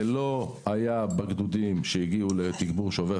זה לא היה בגדודים שהגיעו לתגבור שובר